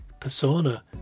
persona